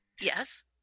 Yes